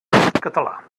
softcatalà